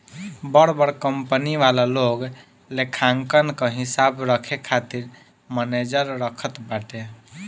बड़ बड़ कंपनी वाला लोग लेखांकन कअ हिसाब रखे खातिर मनेजर रखत बाटे